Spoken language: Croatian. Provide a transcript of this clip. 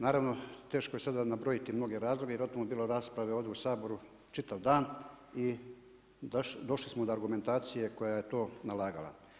Naravno teško je sada nabrojiti mnoge razloge jer o tome je bilo rasprave ovdje u Saboru čitav dan i došli smo do argumentacije koja je to nalagala.